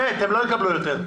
באמת, הם לא יקבלו יותר.